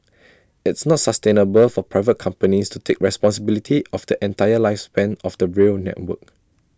it's not sustainable for private companies to take responsibility of the entire lifespan of the rail network